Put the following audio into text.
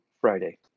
Friday